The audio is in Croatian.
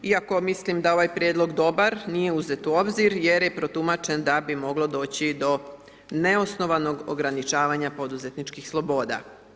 Iako mislim da je ovaj prijedlog dobar, nije uzet u obzir jer je protumačen da bi moglo doći do neosnovanog ograničavanja poduzetničkih sloboda.